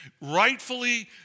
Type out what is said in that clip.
rightfully